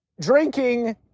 drinking